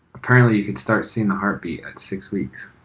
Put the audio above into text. apparently you can start seeing the heartbeat at six weeks,